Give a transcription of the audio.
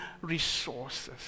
resources